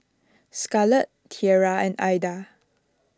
Scarlet Tiera and Aida